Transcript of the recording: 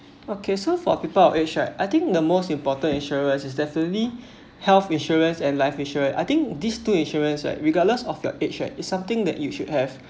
okay so for people our age right I think the most important insurers is definitely health insurance and life insurance I think these two insurance right regardless of your age right is something that you should have